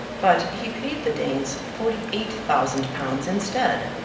but he paid the danes forty-eight thousand pounds, instead,